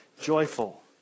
joyful